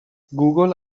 google